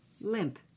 limp